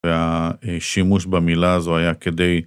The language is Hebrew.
והשימוש במילה הזו היה כדי...